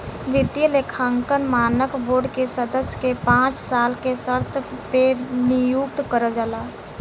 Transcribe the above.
वित्तीय लेखांकन मानक बोर्ड के सदस्य के पांच साल के शर्त पे नियुक्त करल जाला